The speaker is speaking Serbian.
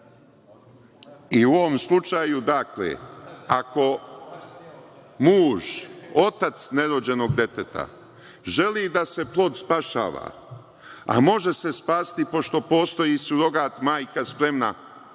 U ovom slučaju, dakle, ako muž, otac nerođenog deteta, želi da se plod spašava, a može se spasiti pošto postoji surogat majka spremna